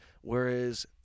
Whereas